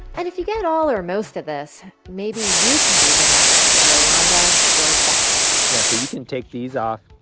and if you get all or most of this, maybe you can be the next yolanda or ben yeah, so you can take these off.